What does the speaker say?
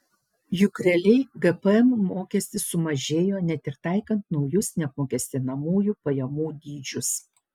juk realiai gpm mokestis sumažėjo net ir taikant naujus neapmokestinamųjų pajamų dydžius